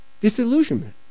disillusionment